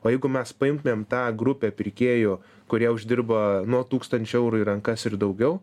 o jeigu mes paimtumėm tą grupę pirkėjų kurie uždirba nuo tūkstančio eurų į rankas ir daugiau